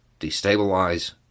destabilize